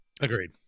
agreed